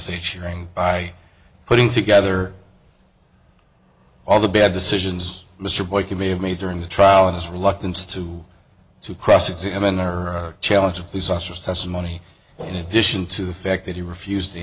sharing by putting together all the bad decisions mr boykin may have made during the trial and his reluctance to to cross examine or challenge of police officers testimony in addition to the fact that he refused to